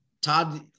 Todd